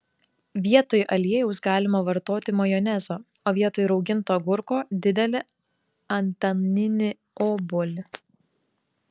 vietoj aliejaus galima vartoti majonezą o vietoj rauginto agurko didelį antaninį obuolį